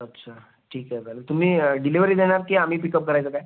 अच्छा ठीक आहे चालेल तुम्ही डिलेवरी देणार की आम्ही पिकअप करायचं काय